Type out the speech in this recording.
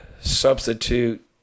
substitute